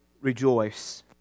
rejoice